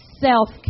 self